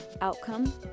outcome